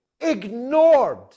ignored